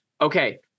Okay